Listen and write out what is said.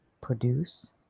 produce